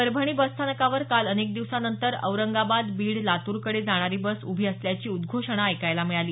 परभणी बसस्थानकावर काल अनेक दिवसानंतर औरंगाबाद बीड लातूरकडे जाणारी बस उभी असल्याची उद्घोषणा ऐकायला मिळाली